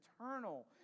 eternal